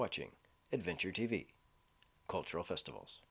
watching adventure t v cultural festivals